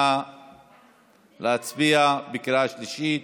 נא להצביע בקריאה שלישית.